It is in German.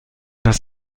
das